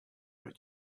her